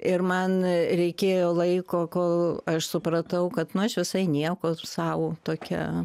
ir man reikėjo laiko kol aš supratau kad nu aš visai nieko sau tokia